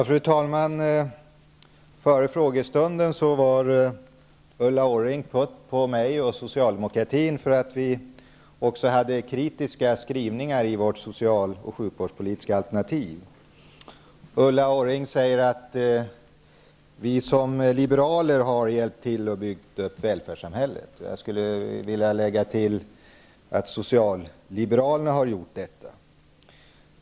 Fru talman! Före frågestunden var Ulla Orring putt på mig och socialdemokratin för att vi hade kritiska skrivningar i vårt social och sjukvårdspolitiska alternativ. Ulla Orring säger att vi som liberaler har hjälp till att bygga upp välfärdssamhället. Jag skulle vilja lägga till att socialliberalerna har gjort detta.